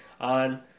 on